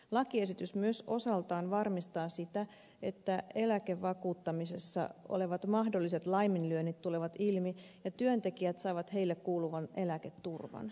lakiesitys myös osaltaan varmistaa sitä että eläkevakuuttamisessa olevat mahdolliset laiminlyönnit tulevat ilmi ja työntekijät saavat heille kuuluvan eläketurvan